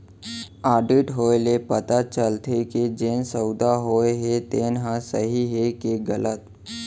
audit होए ले पता चलथे के जेन सउदा होए हे तेन ह सही हे के गलत